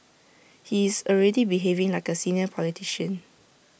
he is already behaving like A senior politician